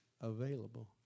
available